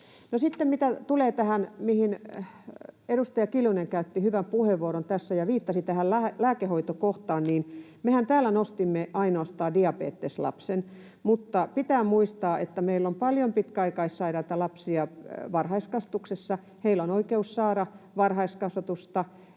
edustaja Kiljunen käytti hyvän puheenvuoron ja viittasi tähän lääkehoitokohtaan, niin mehän täällä nostimme ainoastaan diabeteslapsen, mutta pitää muistaa, että meillä on paljon pitkäaikaissairaita lapsia varhaiskasvatuksessa. Heillä on oikeus saada varhaiskasvatusta,